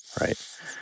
right